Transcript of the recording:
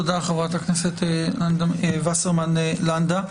תודה, חברת הכנסת וסרמן לנדה.